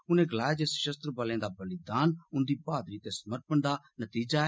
उनें गलाया जे सषस्त्र बलें दा बलिदान उन्दी बहादुरी ते समर्पण दा नतीजा ऐ